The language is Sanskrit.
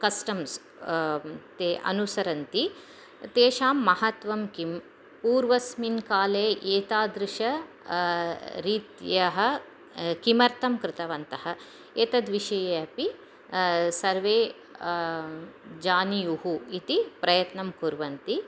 कस्टम्स् ते अनुसरन्ति तेषां महत्त्वं किं पूर्वस्मिन् काले एतादृश रीत्या किमर्थं कृतवन्तः एतद्विषये अपि सर्वे जानियुः इति प्रयत्नं कुर्वन्ति